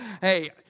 hey